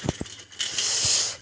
गुलाबेर फूल मुर्झाए गेल